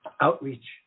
outreach